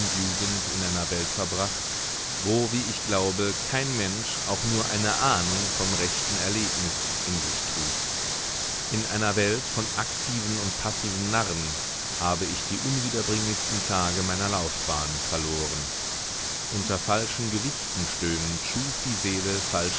jugend in einer welt verbracht wo wie ich glaube kein mensch auch nur eine ahnung vom rechten erlebnis in sich trug in einer welt von aktiven und passiven narren habe ich die unwiederbringlichsten tage meiner laufbahn verloren unter falschen gewichten stöhnend schuf die seele falsche